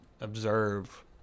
observe